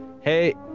hey